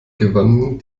gewannen